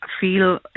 feel